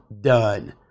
done